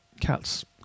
Cat's